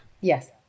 Yes